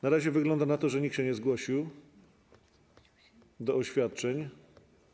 Na razie wygląda na to, że nikt nie zgłosił się do oświadczeń.